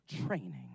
training